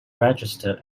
register